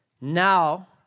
Now